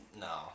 no